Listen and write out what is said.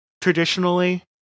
Traditionally